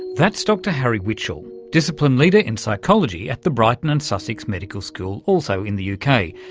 that's dr harry witchel, discipline leader in psychology at the brighton and sussex medical school, also in the uk,